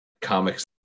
comics